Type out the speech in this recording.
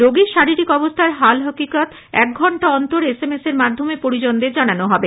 রোগীর শারীরিক অবস্থার হাল হকিকত এক ঘণ্টা অন্তর এসএমএস এর মাধ্যমে পরিজনদের জানানো হবে